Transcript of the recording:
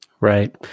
Right